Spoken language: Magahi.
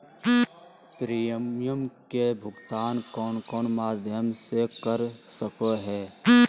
प्रिमियम के भुक्तान कौन कौन माध्यम से कर सको है?